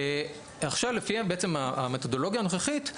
עכשיו לפי המתודולוגיה הנוכחית,